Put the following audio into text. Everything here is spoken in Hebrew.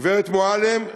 גברת מועלם,